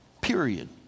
period